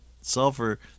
Sulfur